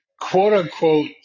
quote-unquote